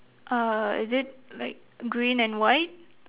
uh is it like green and white